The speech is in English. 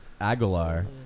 Aguilar